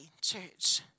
church